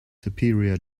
superior